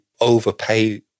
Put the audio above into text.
overpay